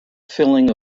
filling